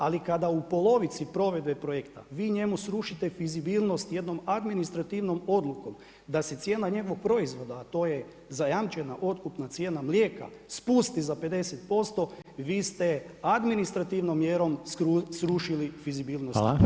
Ali kada u polovici provedbe projekta vi njemu srušite fizibilnost jednom administrativnom odlukom da se cijena njegovog proizvoda, a to je zajamčena otkupna cijena mlijeka spusti za 50%, vi ste administrativnom mjerom srušili fizbilnost toga projekta.